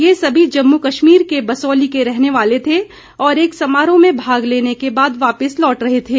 ये सभी जम्मू कश्मीर के बसोली के रहने वाले थे और एक समारोह में भाग लेने के बाद वापिस लौट रहे थे